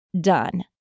done